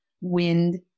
wind